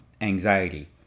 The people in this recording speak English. Anxiety